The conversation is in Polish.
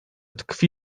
tkwi